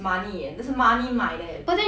but then you also cannot use them liao